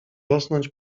rosnąć